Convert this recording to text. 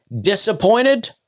disappointed